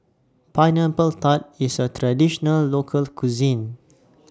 Pineapple Tart IS A Traditional Local Cuisine